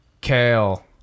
kale